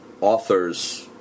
authors